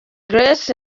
grace